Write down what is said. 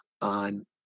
on